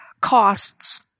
costs